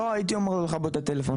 לא, הייתי אומר לו לכבות את הטלפון.